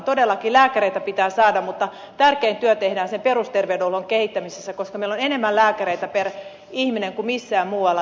todellakin lääkäreitä pitää saada mutta tärkein työ tehdään sen perusterveydenhuollon kehittämisessä koska meillä on enemmän lääkäreitä per ihminen kuin missään muualla